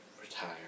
retire